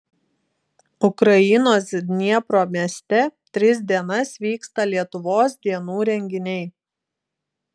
ukrainos dniepro mieste tris dienas vyksta lietuvos dienų renginiai